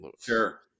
Sure